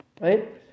right